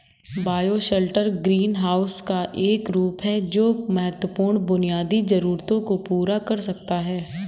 bioshelter greenhouse का एक रूप है जो महत्वपूर्ण बुनियादी जरूरतों को पूरा कर सकता है